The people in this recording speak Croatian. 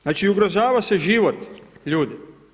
Znači, ugrožava se život ljudi.